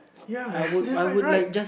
ya man they right right